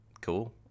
cool